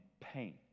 pain